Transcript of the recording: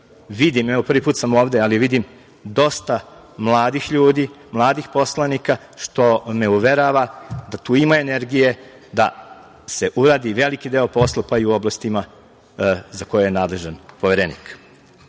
za pohvalu. Prvi put sam ovde, ali vidim dosta mladih ljudi, mladih poslanika, što me uverava da tu ima energije da se uradi veliki deo posla, pa i u oblastima za koje je nadležan Poverenik. Što